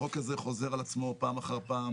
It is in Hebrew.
החוק הזה חוזר על עצמו פעם אחר פעם